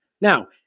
Now